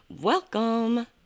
Welcome